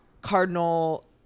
cardinal